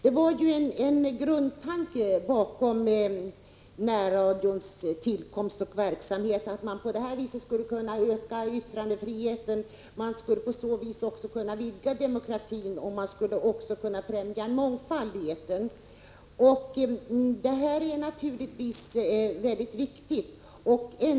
En grundtanke bakom närradions tillkomst och med dess verksamhet var att man på det sättet skulle kunna öka yttrandefriheten, vidga demokratin och främja en mångfald i etern. Det är naturligtvis mycket viktigt.